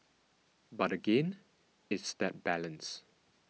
but again it's that balance